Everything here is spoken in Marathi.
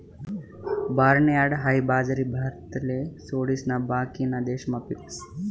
बार्नयार्ड हाई बाजरी भारतले सोडिसन बाकीना देशमा पीकस